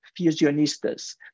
fusionistas